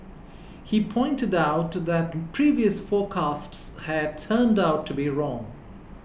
he pointed out that previous forecasts had turned out to be wrong